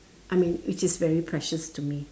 I mean which is very precious to me